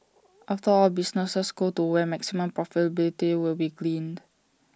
after all businesses go to where maximum profitability will be gleaned